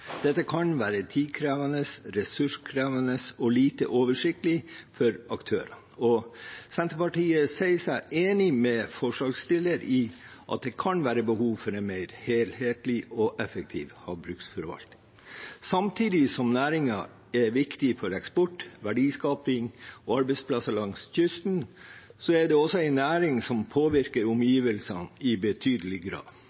Dette kan være tidkrevende, ressurskrevende og lite oversiktlig for aktørene, og Senterpartiet sier seg enig med forslagsstillerne i at det kan være behov for en mer helhetlig og effektiv havbruksforvaltning. Samtidig som næringen er viktig for eksport, verdiskaping og arbeidsplasser langs kysten, er det også en næring som påvirker omgivelsene i betydelig grad.